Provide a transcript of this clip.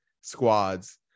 squads